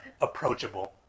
approachable